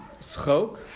schok